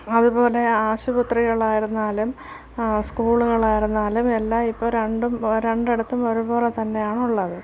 അതുപോലെ ആശുപത്രികളായിരുന്നാലും സ്കൂളുകളായിരുന്നാലും എല്ലാം ഇപ്പോൾ രണ്ടും രണ്ടിടത്തും ഒരുപോലെ തന്നെയാണുള്ളത്